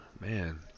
man